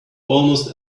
almost